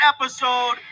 episode